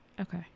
Okay